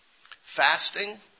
Fasting